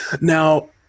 Now